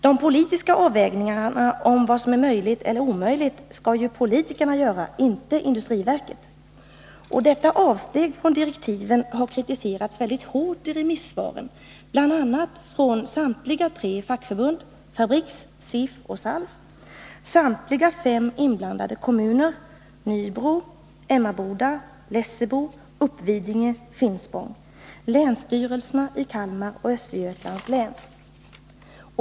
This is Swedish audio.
De politiska avvägningarna när det gäller vad som är möjligt eller omöjligt skall ju politikerna göra, inte industriverket. De avsteg från direktiven som gjorts har kritiserats hårt i remissvaren bl.a. från samtliga tre fackförbund , samtliga fem inblandade kommuner och länsstyrelserna i Kalmar och Östergötlands län.